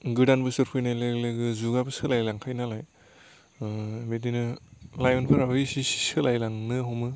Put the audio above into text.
गोदोन बोसोर फैनाय लोगो लोगो जुगआबो सोलायलांखायो नालाय बिदिनो लाइमोनफोराबो इसि इसि सोलायलांनो हमो